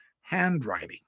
handwriting